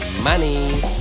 money